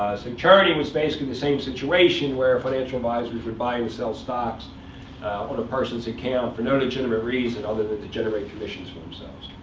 like churning was basically the same situation, where financial advisors would buy and sell stocks on a person's account, for no legitimate reason other than to generate commissions for themselves.